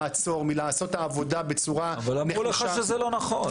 לעצור ולעשות את העבודה בצורה --- אבל אמרו לך שזה לא נכון.